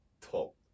top